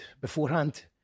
beforehand